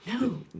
No